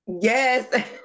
Yes